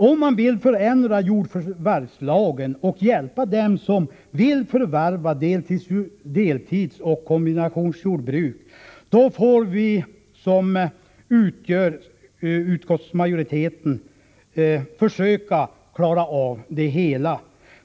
Om man vill förändra jordförvärvslagen och hjälpa dem som vill förvärva deltidsoch kombinationsjordbruk, får vi som utgör utskottsmajoriteten försöka klara av det hela.